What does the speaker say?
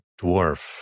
dwarf